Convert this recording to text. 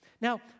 Now